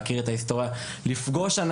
לפגוש את